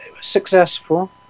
successful